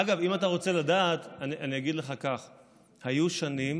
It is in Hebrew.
אגב, אם אתה רוצה לדעת, אגיד לך כך: היו שנים